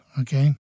okay